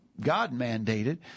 God-mandated